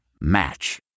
Match